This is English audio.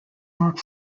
mark